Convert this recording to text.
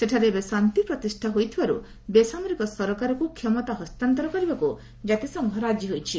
ସେଠାରେ ଏବେ ଶାନ୍ତିପ୍ରତିଷ୍ଠା ହୋଇଥିବାରୁ ବେସାମରିକ ସରକାରକୁ କ୍ଷମତା ହସ୍ତାନ୍ତର କରିବାକୁ ଜାତିସଂଘ ରାଜି ହୋଇଛି